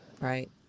Right